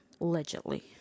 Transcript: allegedly